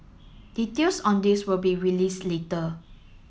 details on this will be released later